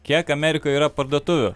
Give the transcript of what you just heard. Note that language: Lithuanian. kiek amerikoj yra parduotuvių